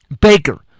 Baker